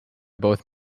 both